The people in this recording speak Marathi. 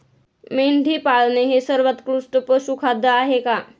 मेंढी पाळणे हे सर्वोत्कृष्ट पशुखाद्य आहे का?